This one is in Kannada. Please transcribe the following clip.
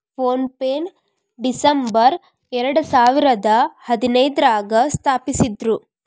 ಫೋನ್ ಪೆನ ಡಿಸಂಬರ್ ಎರಡಸಾವಿರದ ಹದಿನೈದ್ರಾಗ ಸ್ಥಾಪಿಸಿದ್ರು